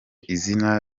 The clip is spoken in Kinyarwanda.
izina